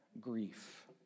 grief